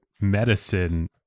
medicine